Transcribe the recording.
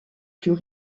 plus